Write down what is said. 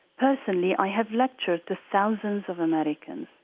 personally, i have lectured to thousands of americans.